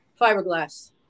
fiberglass